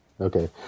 Okay